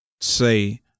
say